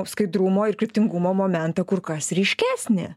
skaidrumo ir kryptingumo momentą kur kas ryškesnį